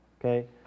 okay